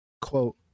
quote